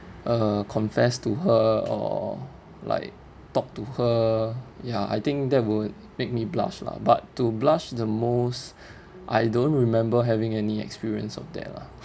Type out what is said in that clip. uh confess to her or like talk to her ya I think that would make me blush lah but to blush the most I don't remember having any experience of that lah